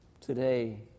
Today